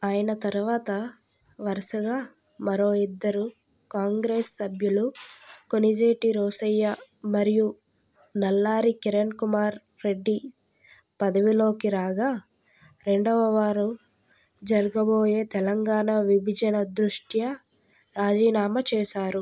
ఆయన తరువాత వరుసగా మరో ఇద్దరు కాంగ్రెస్ సభ్యులు కొణిజేటి రోశయ్య మరియు నల్లారి కిరణ్ కుమార్ రెడ్డి పదవిలోకి రాగా రెండవవారు జరగబోయే తెలంగాణా విభజన దృష్ట్యా రాజీనామా చేశారు